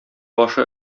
башы